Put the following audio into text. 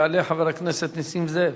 יעלה חבר הכנסת נסים זאב.